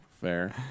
Fair